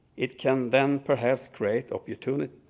it can then, perhaps, great opportunities